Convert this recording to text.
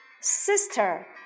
sister